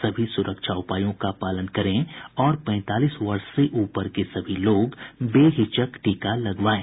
सभी सुरक्षा उपायों का पालन करें और पैंतालीस वर्ष से ऊपर के सभी लोग बेहिचक टीका लगवाएं